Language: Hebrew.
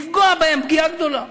לפגוע בהם פגיעה גדולה.